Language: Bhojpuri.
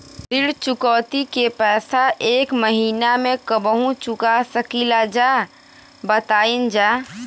ऋण चुकौती के पैसा एक महिना मे कबहू चुका सकीला जा बताईन जा?